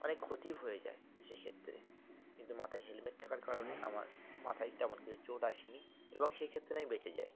অনেক ক্ষতি হয়ে যায় সেই ক্ষেত্রে কিন্তু মাথায় হেলমেট থাকার কারণে আমার মাথায় তেমন কিছু চোট আসেনি এবং সেই ক্ষেত্রে আমি বেঁচে যাই